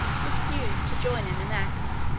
refused to join in an act,